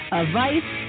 advice